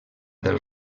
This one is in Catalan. del